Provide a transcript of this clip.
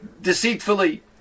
deceitfully